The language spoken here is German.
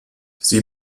sie